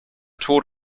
tod